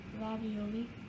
ravioli